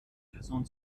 person